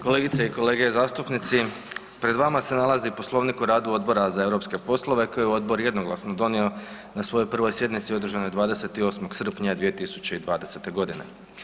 Kolegice i kolege zastupnici, pred vama se nalazi poslovnik o radu Odbora za europske poslove koje je odbor jednoglasno donio na svojoj 1. sjednici održanoj 28. srpnja 2020. godine.